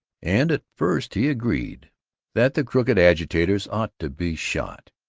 and at first he agreed that the crooked agitators ought to be shot.